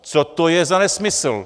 Co to je za nesmysl?